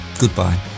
Goodbye